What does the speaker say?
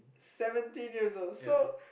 seventeen years old so